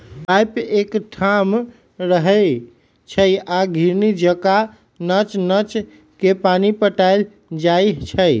pipe एकठाम रहै छइ आ घिरणी जका नच नच के पानी पटायल जाइ छै